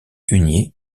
huniers